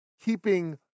keeping